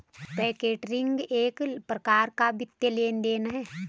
factoring एक प्रकार का वित्तीय लेन देन है